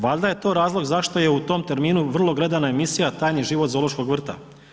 Valjda je to razlog zašto je u tom terminu vrlo gledana emisija „Tajni život zoološkog vrta“